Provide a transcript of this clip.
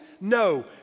No